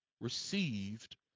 received